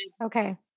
Okay